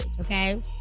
okay